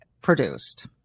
produced